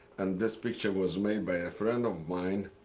and this picture was made by a friend of mine.